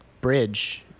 Bridge